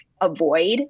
avoid